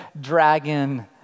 dragon